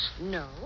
No